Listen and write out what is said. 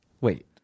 Wait